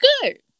good